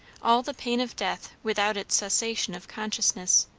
all the pain of death without its cessation of consciousness.